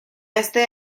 este